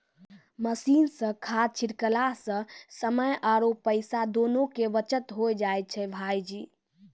machine सॅ खाद छिड़कला सॅ समय आरो पैसा दोनों के बचत होय जाय छै भायजी